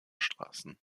straßen